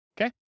Okay